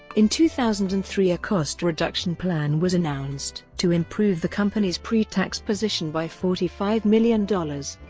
in two thousand and three a cost-reduction plan was announced to improve the company's pre-tax position by forty five million dollars.